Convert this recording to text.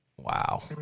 Wow